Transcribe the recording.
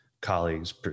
colleagues